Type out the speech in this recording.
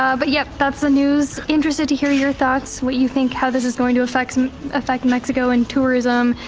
ah but yeah, that's the news, interested to hear your thoughts, what you think. how this is going to affect and affect mexico, and tourism,